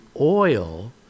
oil